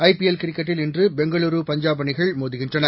IPL கிரிக்கெட்டில் இன்று பெங்களூரு பஞ்சாப் அணிகள் மோதுகின்றன